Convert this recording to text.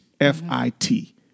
F-I-T